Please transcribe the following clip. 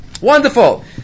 wonderful